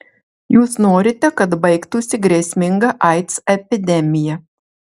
jūs norite kad baigtųsi grėsminga aids epidemija